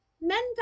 Men